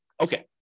Okay